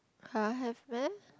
!huh! have meh